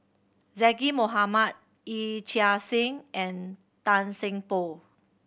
Zaqy Mohamad Yee Chia Hsing and Tan Seng Poh